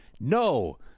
No